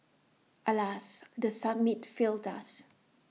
alas the summit failed us